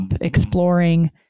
exploring